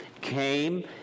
came